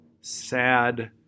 sad